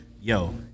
Yo